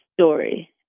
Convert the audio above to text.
story